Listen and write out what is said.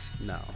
No